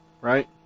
right